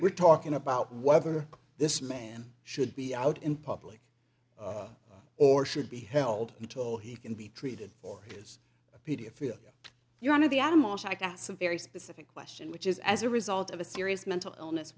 we're talking about whether this man should be out in public or should be held until he can be treated for his pedia feel you're under the adam walsh act at some very specific question which is as a result of a serious mental illness